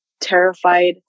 terrified